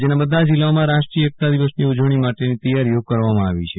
રાજ્યના બધા જિલ્લાઓમાં રાષ્ટ્રીય એકતા દિવસની ઉજવણી માટેની તૈયારીઓ કરવામાં આવી છે